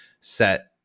set